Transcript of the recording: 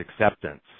acceptance